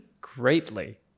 greatly